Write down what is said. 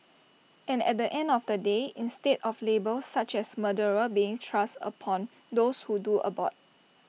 and at the end of the day instead of labels such as murderer being thrust upon those who do abort